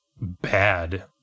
bad